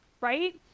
right